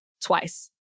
Twice